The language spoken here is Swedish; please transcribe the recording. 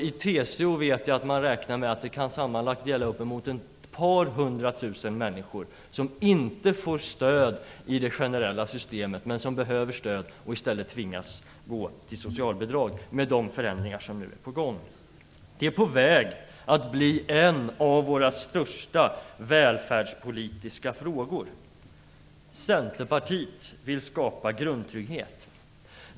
I TCO räknar man med att det kan gälla sammanlagt uppemot ett par hundratusen människor, som inte får stöd i det generella systemet men som behöver stöd och i stället tvingas söka socialbidrag, med de förändringar som nu är på gång. Det är på väg att bli en av våra största välfärdspolitiska frågor. Centerpartiet vill skapa grundtrygghet.